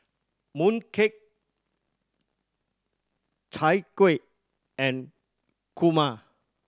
mooncake Chai Kueh and kurma